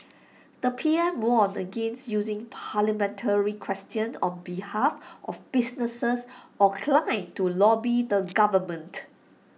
the P M warned against using parliamentary questions on behalf of businesses or clients to lobby the government